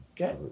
okay